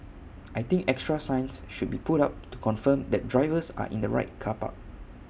I think extra signs should be put up to confirm that drivers are in the right car park